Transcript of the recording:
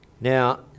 Now